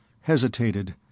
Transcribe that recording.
hesitated